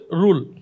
rule